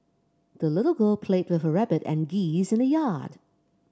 the little girl played with her rabbit and geese in the yard